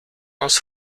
aus